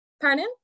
Pardon